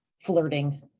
flirting